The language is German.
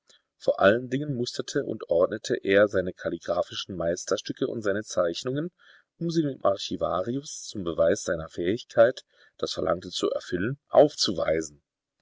vor allen dingen musterte und ordnete er seine kalligraphischen meisterstücke und seine zeichnungen um sie dem archivarius zum beweis seiner fähigkeit das verlangte zu erfüllen aufzuweisen